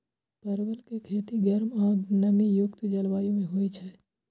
परवल के खेती गर्म आ नमी युक्त जलवायु मे होइ छै